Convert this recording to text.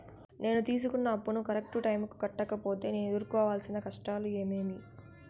నేను తీసుకున్న అప్పును కరెక్టు టైముకి కట్టకపోతే నేను ఎదురుకోవాల్సిన కష్టాలు ఏమీమి?